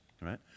right